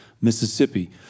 Mississippi